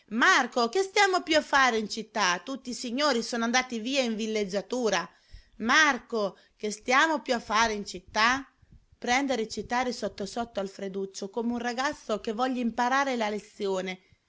marco che stiamo più a fare in città tutti i signori sono andati via in villeggiatura marco che stiamo più a fare in città prende a recitare sotto sotto alfreduccio come un ragazzo che voglia imparare la lezione